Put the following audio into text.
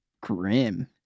Grim